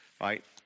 right